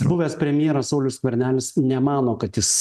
buvęs premjeras saulius skvernelis nemano kad jis